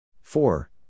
four